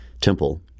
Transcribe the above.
Temple